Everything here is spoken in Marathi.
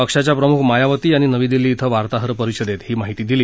पक्षाच्या प्रमुख मायावती यांनी नवी दिल्ली श्व वार्ताहर परिषदेत ही माहिती दिली